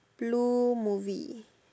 blue movie